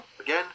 again